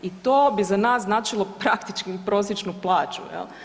I to bi za nas značilo praktički prosječnu plaću jel.